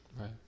Right